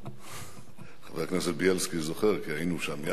חבר הכנסת בילסקי זוכר, כי היינו שם יחד,